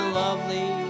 lovely